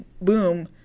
boom